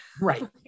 Right